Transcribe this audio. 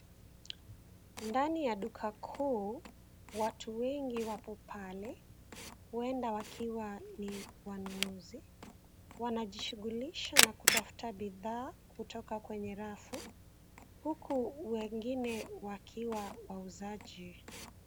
Ndani ya duka kuu, watu wengi wapo pale, huenda wakiwa ni wanunuzi. Wanajishughulisha na kutafuta bidhaa kutoka kwenye rafu, huku wengine wakiwa wauzaji.